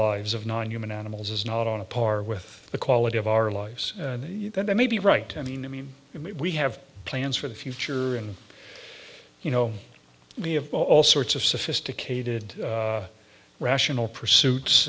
lives of nine human animals is not on a par with the quality of our lives that i may be right i mean i mean we have plans for the future and you know we have all sorts of sophisticated rational pursuits